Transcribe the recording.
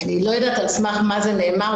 אני לא יודעת על סמך מה זה נאמר.